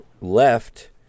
left